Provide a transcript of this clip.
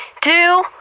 two